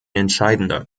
entscheidender